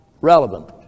relevant